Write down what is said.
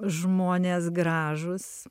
žmonės gražūs